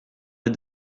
les